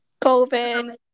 COVID